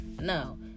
No